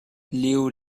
leo